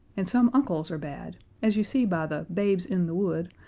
and some uncles are bad, as you see by the babes in the wood,